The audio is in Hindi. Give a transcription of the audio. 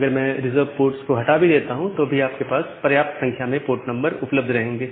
अगर मैं रिजर्व पोर्ट ऐड्रेस को हटा भी देता हूं तो आपके पास पर्याप्त संख्या में पोर्ट नंबर उपलब्ध रहेंगे